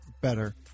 better